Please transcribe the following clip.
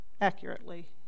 accurately